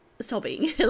sobbing